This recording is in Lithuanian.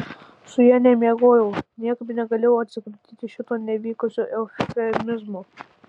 su ja nemiegojau niekaip negalėjau atsikratyti šito nevykusio eufemizmo